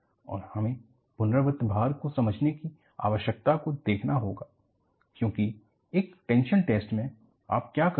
और हमें पुनराव्रत भार को समझने की आवश्यकता को देखना होगा क्योंकि एक टेंशन टेस्ट में आप क्या करते हैं